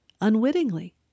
unwittingly